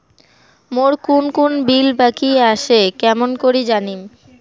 মোর কুন কুন বিল বাকি আসে কেমন করি জানিম?